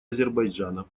азербайджана